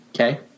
Okay